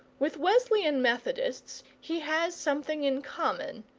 with wesleyan-methodists he has something in common,